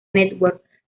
network